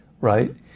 right